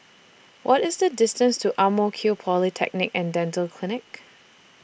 What IS The distance to Ang Mo Kio Polyclinic and Dental Clinic